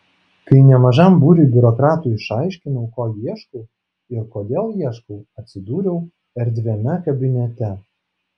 kai nemažam būriui biurokratų išaiškinau ko ieškau ir kodėl ieškau atsidūriau erdviame kabinete